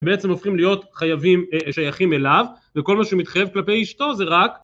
בעצם הופכים להיות חייבים שייכים אליו וכל מה שמתחייב כלפי אשתו זה רק